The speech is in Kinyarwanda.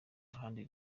handi